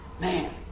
Man